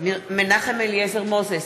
מנחם אליעזר מוזס,